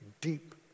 Deep